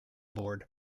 board